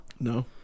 No